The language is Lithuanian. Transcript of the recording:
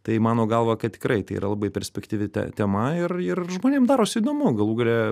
tai mano galva kad tikrai tai yra labai perspektyvi te tema ir ir žmonėm daros įdomu galų gale